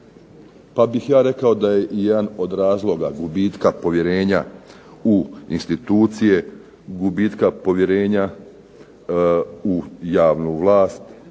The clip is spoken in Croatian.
Pa bih ja rekao da je jedan od razloga gubitka povjerenja u institucije, u javnu vlast